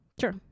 Sure